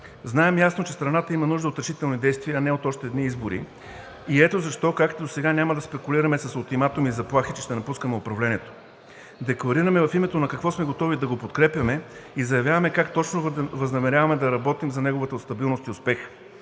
Знаем ясно, че страната има нужда от решителни действия, а не от още едни избори, и ето защо, както досега, няма да спекулираме с ултиматуми и заплахи, че ще напускаме управлението. Декларираме в името на какво сме готови да го подкрепяме и заявяваме как точно възнамеряваме да работим за неговата стабилност и успех.